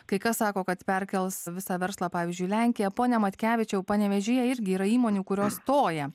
kai kas sako kad perkels visą verslą pavyzdžiui į lenkija pone matkevičiau panevėžy irgi yra įmonių kurios stoja